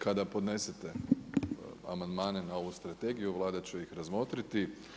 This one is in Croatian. Kada podnesete amandmane na ovu strategiju Vlada će ih razmotriti.